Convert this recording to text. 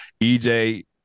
EJ